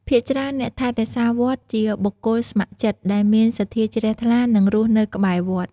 ភាគច្រើន អ្នកថែរក្សាវត្តជាបុគ្គលស្ម័គ្រចិត្ត ដែលមានសទ្ធាជ្រះថ្លា និងរស់នៅក្បែរវត្ត។